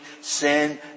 sin